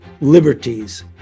liberties